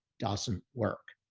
doesn't work.